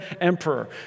Emperor